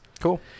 Cool